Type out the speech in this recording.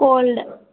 cold